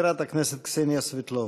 חברת הכנסת קסניה סבטלובה.